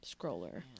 scroller